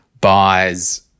buys